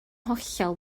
hollol